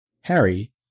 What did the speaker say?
Harry